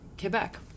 Quebec